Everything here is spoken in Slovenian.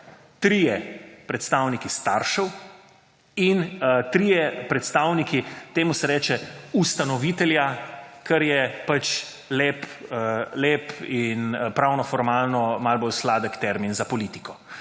trije predstavniki staršev in trije predstavniki temu se reče ustanovitelja, kar je pač lep in pravno formalno malo bolj sladek termin za politiko.